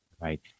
Right